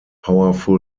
powerful